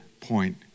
point